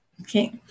Okay